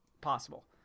possible